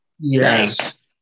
Yes